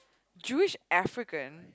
Jewish African